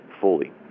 fully